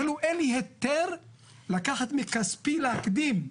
אבל אין לי היתר לקחת מכספי, להקדים.